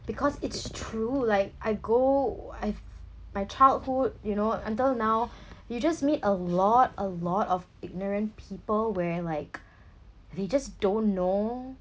because it's true like I go I've my childhood you know until now you just meet a lot a lot of ignorant people where like they just don't know